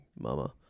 Mama